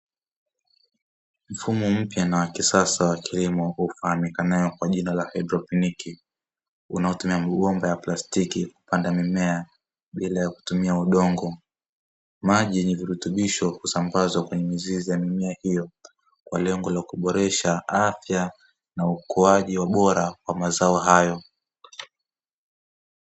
Mfumo mpya na wa kisasa wa kilimo ukifahamika kwa jina la haidroponiki, unaotumia mabomba ya plastiki kupanda mimea bila kutumia udongo. Maji yenye virutubisho husambazwa kwenye mimea ya mizizi hiyo kwa lengo la kuboresha afya na ukuaji wa ubora wa mazao hayo.